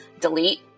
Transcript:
delete